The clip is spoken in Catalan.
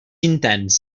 intens